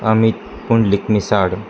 Amit Pundlik Misal